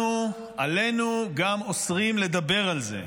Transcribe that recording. עלינו גם אוסרים לדבר על זה.